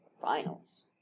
finals